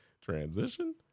transition